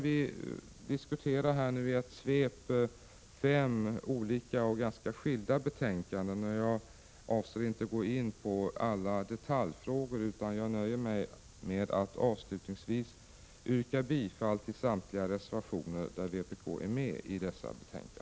Vi diskuterar här i ett svep fem olika och ganska skilda betänkanden, och jag avser inte att gå in på alla detaljfrågor. Jag nöjer mig med att avslutningsvis yrka bifall till samtliga reservationer till dessa betänkanden där vpk är med.